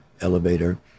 elevator